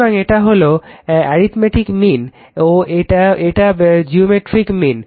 সুতরাং এটা হলো অ্যারিতমেটিক মীন ও এটা জিওমেট্রিক মীন